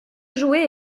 jouer